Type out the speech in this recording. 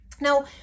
Now